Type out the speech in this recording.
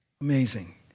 Amazing